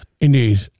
Indeed